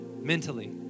mentally